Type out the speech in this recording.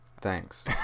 Thanks